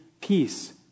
peace